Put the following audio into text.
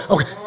Okay